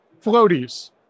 floaties